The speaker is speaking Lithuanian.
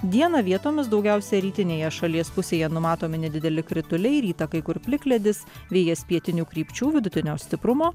dieną vietomis daugiausia rytinėje šalies pusėje numatomi nedideli krituliai rytą kai kur plikledis vėjas pietinių krypčių vidutinio stiprumo